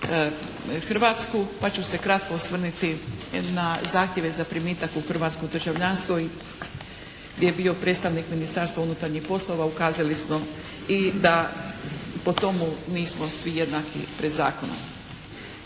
Hrvatsku, pa ću se kratko osvrnuti na zahtjeve za primitak u hrvatsko državljanstvo gdje je bio predstavnik Ministarstva unutarnjih poslova. Ukazali smo i da po tomu nismo svi jednaki pred zakonom.